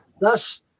Thus